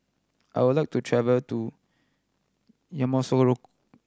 I would like to travel to Yamoussoukro